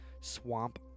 swamp